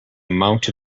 amount